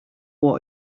what